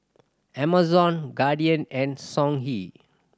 Amazon Guardian and Songhe